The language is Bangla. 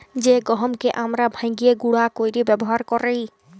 জ্যে গহমকে আমরা ভাইঙ্গে গুঁড়া কইরে ব্যাবহার কৈরি